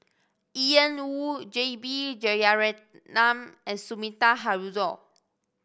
Ian Woo J B Jeyaretnam and Sumida Haruzo